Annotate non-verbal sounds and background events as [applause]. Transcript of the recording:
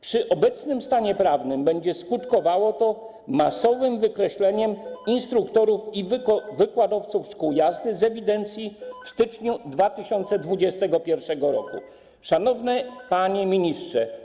Przy obecnym stanie prawnym będzie skutkowało to [noise] masowym wykreślaniem instruktorów i wykładowców szkół jazdy z ewidencji w styczniu 2021 r. Szanowny Panie Ministrze!